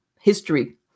history